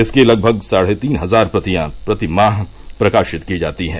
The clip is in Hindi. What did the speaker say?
इसकी लगभग साढ़े तीन हजार प्रतियां प्रतिमाह प्रकाशित की जाती हैं